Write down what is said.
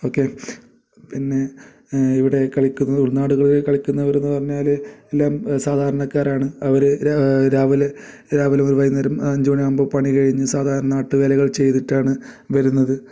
okay പിന്നെ ഇവിടെ കളിക്കുന്നത് ഉൾനാടുകളിൽ കളിക്കുന്നവർ എന്നു പറഞ്ഞാൽ എല്ലാം സാധാരണക്കാരാണ് അവർ രാ രാവിലെ രാവിലെ മുതൽ വൈകുന്നേരം അഞ്ചു മണി ആകുമ്പോൾ പണി കഴിഞ്ഞു സാധാരണ നാട്ടുവേലകൾ ചെയ്തിട്ടാണ് വരുന്നത്